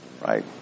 right